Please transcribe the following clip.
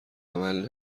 عمل